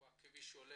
איפה הולך הכביש,